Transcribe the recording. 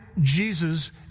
Jesus